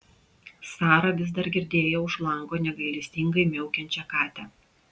sara vis dar girdėjo už lango negailestingai miaukiančią katę